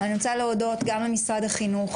אני רוצה להודות גם למשרד החינוך,